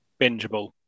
bingeable